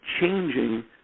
changing